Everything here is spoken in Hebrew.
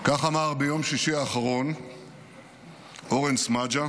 כך אמר ביום שישי האחרון אורן סמדג'ה